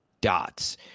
dots